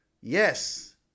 Yes